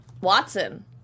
Watson